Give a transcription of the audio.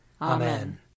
Amen